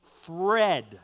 thread